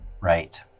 Right